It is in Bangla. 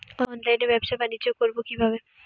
অনলাইনে ব্যবসা বানিজ্য করব কিভাবে?